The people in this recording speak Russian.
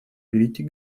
перейти